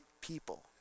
people